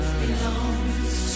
belongs